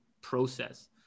process